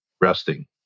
resting